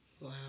Wow